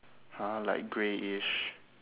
!huh! like greyish